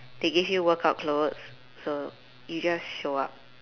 they give you workout clothes so you just show up